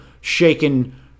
shaken